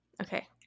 Okay